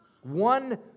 one